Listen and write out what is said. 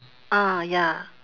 ah ya